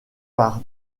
par